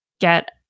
get